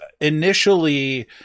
initially